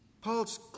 Paul's